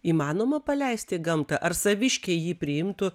įmanoma paleisti į gamtą ar saviškiai jį priimtų